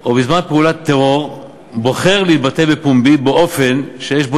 או בזמן פעולת טרור בוחר להתבטא בפומבי באופן שיש בו